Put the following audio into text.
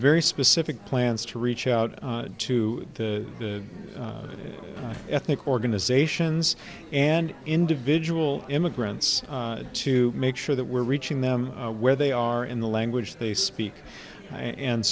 very specific plans to reach out to the ethnic organizations and individual immigrants to make sure that we're reaching them where they are in the language they speak and